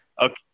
Okay